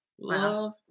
Love